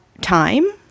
time